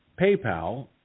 PayPal